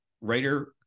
writer